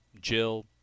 Jill